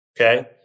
Okay